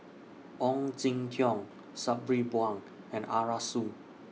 Ong Jin Teong Sabri Buang and Arasu